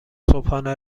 صبحانه